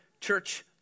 church